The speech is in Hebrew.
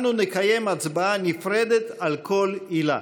אנו נקיים הצבעה נפרדת על כל עילה.